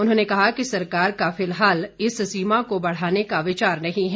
उन्होंने कहा कि सरकार का फिलहाल इस सीमा को बढ़ाने का विचार नहीं है